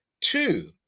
two